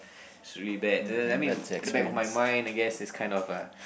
it's really bad the I mean the back of my mind I guess it's kind of a